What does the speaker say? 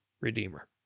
Redeemer